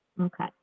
Okay